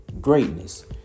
greatness